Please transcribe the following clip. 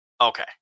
Okay